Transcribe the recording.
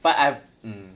but I mm